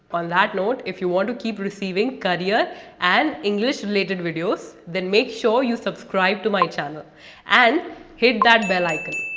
on that note, if you want to keep receiving career and english related videos then make sure you subscribe to my channel and hit that bell icon.